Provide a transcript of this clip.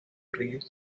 trees